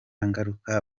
ngaruka